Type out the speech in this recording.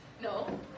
No